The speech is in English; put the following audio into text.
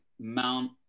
Mount